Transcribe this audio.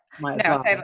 No